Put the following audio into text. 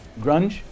grunge